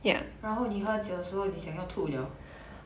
然后你喝酒的时候你想要吐了